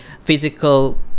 physical